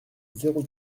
zéro